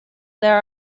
there